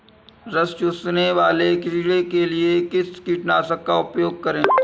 रस चूसने वाले कीड़े के लिए किस कीटनाशक का प्रयोग करें?